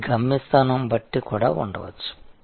ఇది గమ్యస్థానం బట్టి కూడా ఉండవచ్చు